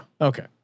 Okay